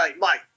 Mike